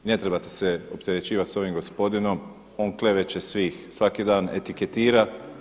I ne trebate se opterećivati s ovim gospodinom, on kleveće svih, svaki dan etiketira.